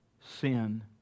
sin